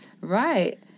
Right